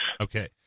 Okay